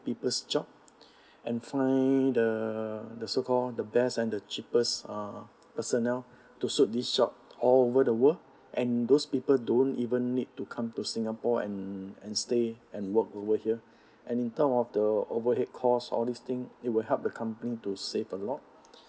people's job and find the the so called the best and the cheapest uh personnel to suit this shop all over the world and those people don't even need to come to singapore and and stay and work over here and in term of the overhead costs all these thing it will help the company to save a lot